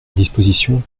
disposition